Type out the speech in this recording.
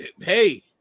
Hey